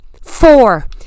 four